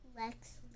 Lex